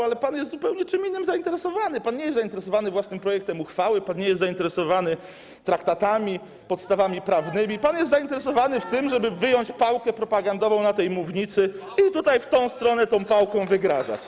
Ale pan jest zupełnie czym innym zainteresowany, pan nie jest zainteresowany własnym projektem uchwały, pan nie jest zainteresowany traktatami, podstawami prawnymi, pan jest zainteresowany tym, żeby wyjąć pałkę propagandową na tej mównicy i w tę stronę tą pałką wygrażać.